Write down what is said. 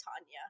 Tanya